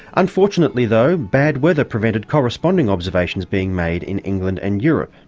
unfortunately though, bad weather prevented corresponding observations being made in england and europe.